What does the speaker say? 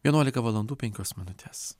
vienuolika valandų penkios minutės